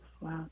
Wow